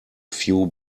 few